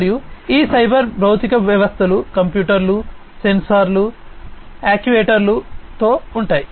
మరియు ఈ సైబర్ భౌతిక వ్యవస్థలు కంప్యూటర్లు సెన్సార్లు యాక్యుయేటర్లతో ఉంటాయి